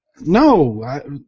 No